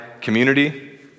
community